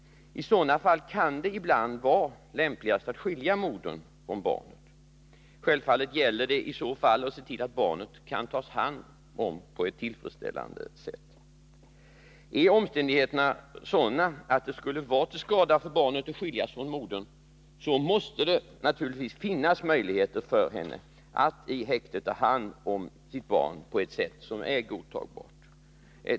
I sådana fall kan det ibland vara lämpligast att skilja modern från barnet. Självfallet gäller det i så fall att se till att barnet kan tas om hand på ett tillfredsställande sätt. Är omständigheterna sådana att det skulle vara till skada för barnet att skiljas från modern, måste det naturligtvis finnas möjligheter för henne att i häktet ta hand om sitt barn på ett sätt som är godtagbart.